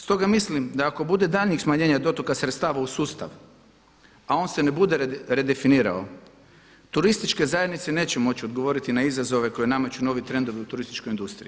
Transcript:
Stoga mislim da ako bude daljnjih smanjenja dotoka sredstava u sustav a on se ne bude definirao turističke zajednice neće moći odgovoriti na izazove koje nameću novi trendovi u turističkoj industriji.